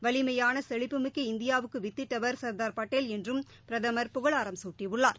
வலிமையான செழிப்புமிக்க இந்தியாவுக்கு வித்திட்டவர் சர்தார் படேல் என்றும் பிரதமர் புகழாரம் சூட்டியுள்ளார்